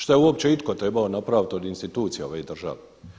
Šta je uopće itko trebao napravit od institucija ove države?